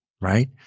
right